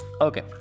okay